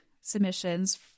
submissions